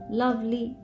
lovely